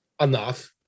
enough